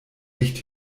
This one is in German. dicht